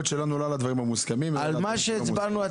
הם יכולים להסתייג על מה שכבר הצבענו?